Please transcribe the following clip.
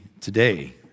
today